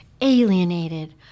alienated